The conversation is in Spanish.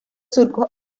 surcos